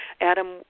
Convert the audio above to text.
Adam